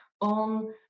on